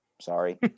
Sorry